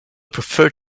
prefer